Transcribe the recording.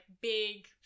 big